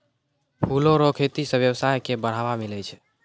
फूलो रो खेती से वेवसाय के बढ़ाबा मिलै छै